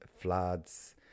Floods